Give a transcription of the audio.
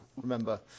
Remember